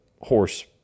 horse